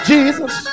Jesus